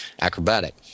acrobatic